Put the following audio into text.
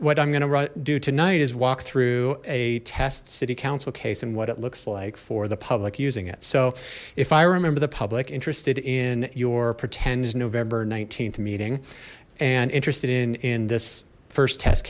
what i'm gonna do tonight is walk through a test city council case and what it looks like for the public using it so if i remember the public interested in your pretend november th meeting and interested in in this first test